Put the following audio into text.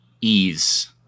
ease